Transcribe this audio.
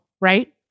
Right